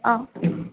অ'